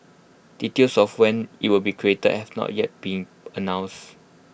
details of when IT will be created have not yet been announced